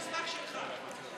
תביא לי את המכתב שלך.